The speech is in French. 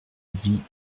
vie